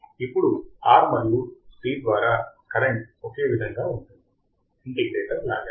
ఇప్పుడు R మరియు C ద్వారా కరెంట్ ఒకే విధంగా ఉంటుంది ఇంటిగ్రేటర్ లాగా